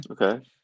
Okay